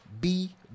B-